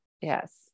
Yes